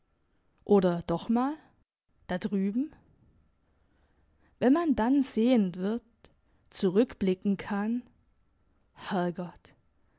oder doch mal da drüben wenn man dann sehend wird zurückblicken kann herrgott